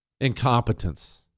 Incompetence